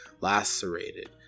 lacerated